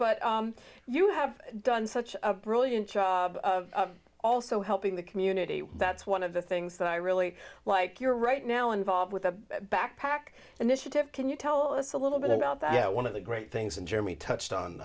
but you have done such a brilliant job also helping the community that's one of the things that i really like you're right now involved with a backpack initiative can you tell us a little bit about that one of the great things and jeremy touched on